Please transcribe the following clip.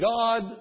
God